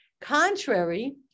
Contrary